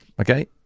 Okay